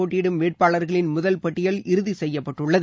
போட்டியிடும் வேட்பாளர்களின் முதல் பட்டியல் இறுதி செய்யப்பட்டுள்ளது